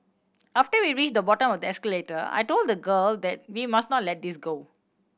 after we reached the bottom of the escalator I told the girl that we must not let this go